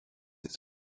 its